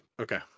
Okay